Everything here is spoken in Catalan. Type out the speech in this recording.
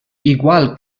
igual